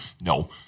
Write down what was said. No